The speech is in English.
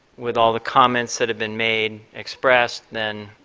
with all the comments that have been made expressed, then